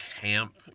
camp